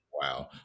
Wow